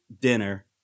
dinner